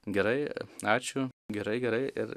gerai ačiū gerai gerai ir